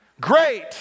Great